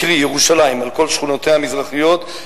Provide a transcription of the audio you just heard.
קרי: ירושלים וכל שכונותיה המזרחיות,